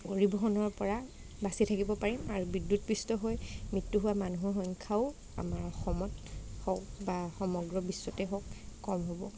পৰিবহণৰ পৰা বাচি থাকিব পাৰিম আৰু বিদ্যুতপৃষ্ট হৈ মৃত্যু হোৱা মানুহৰ সংখ্যাও আমাৰ অসমত হওক বা সমগ্ৰ বিশ্বতে হওক কম হ'ব